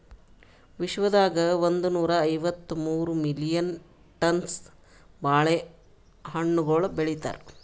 ವಿಶ್ವದಾಗ್ ಒಂದನೂರಾ ಐವತ್ತ ಮೂರು ಮಿಲಿಯನ್ ಟನ್ಸ್ ಬಾಳೆ ಹಣ್ಣುಗೊಳ್ ಬೆಳಿತಾರ್